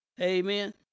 Amen